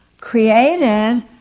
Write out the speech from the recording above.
created